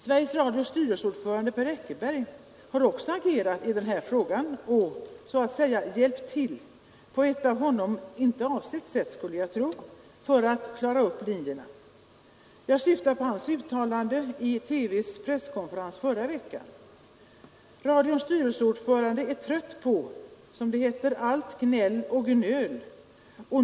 Sveriges Radios styrelseordförande Per Eckerberg har också agerat i denna fråga och ”hjälpt till”, på ett av honom — skulle jag tro — icke avsett sätt, att klara upp linjerna. Jag syftar på hans uttalande i TV:s Presskonferens i förra veckan. Radions styrelseordförande är trött på ”allt gnäll och gnöl”.